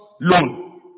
loan